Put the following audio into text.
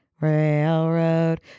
Railroad